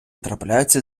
трапляються